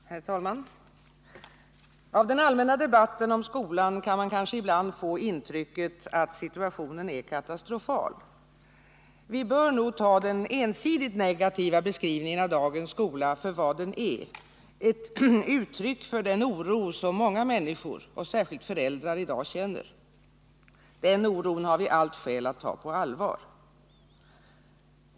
Herr talman! Av den allmänna debatten om skolan kan man kanske ibland få intrycket att situationen är katastrofal. Vi bör nog ta den ensidigt negativa beskrivningen av dagens skola för vad den är: ett uttryck för den oro som många människor, särskilt föräldrar, i dag känner. Den oron har vi allt skäl att ta på allvar.